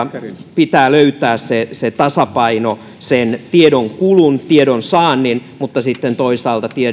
pitää löytää tasapaino tiedonkulun tiedonsaannin ja sitten toisaalta